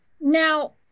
now